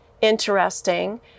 interesting